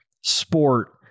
sport